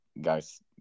guys